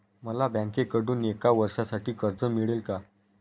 मला बँकेकडून एका वर्षासाठी कर्ज मिळेल का?